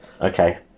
Okay